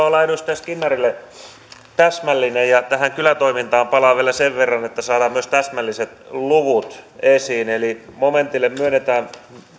olla edustaja skinnarille täsmällinen ja tähän kylätoimintaan palaan vielä sen verran että saadaan myös täsmälliset luvut esiin eli momentille myönnetään